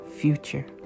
future